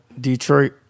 Detroit